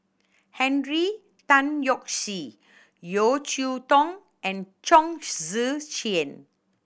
Henry Tan Yoke See Yeo Cheow Tong and Chong Tze Chien